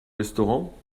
restaurant